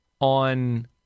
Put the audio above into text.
on